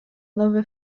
nowe